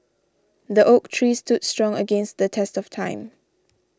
the oak tree stood strong against the test of time